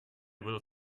will